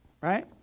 right